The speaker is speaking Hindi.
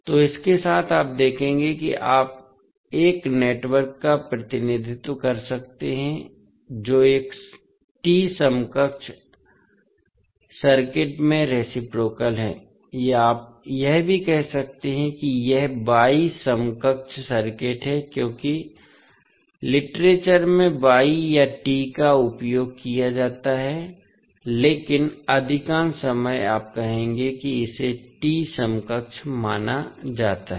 तो इसके साथ आप देखेंगे कि आप एक नेटवर्क का प्रतिनिधित्व कर सकते हैं जो एक T समकक्ष सर्किट में रेसिप्रोकाल है या आप यह भी कह सकते हैं कि यह Y समकक्ष सर्किट है क्योंकि साहित्य में Y या T का उपयोग किया जाता है लेकिन अधिकांश समय आप कहेंगे कि इसे T समकक्ष माना जाता है